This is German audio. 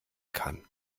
kann